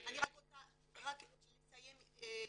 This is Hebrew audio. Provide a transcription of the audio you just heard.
אני רק רוצה לסיים אדוני,